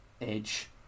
edge